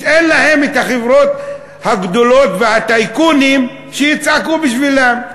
אין להם החברות הגדולות והטייקונים שיצעקו בשבילם,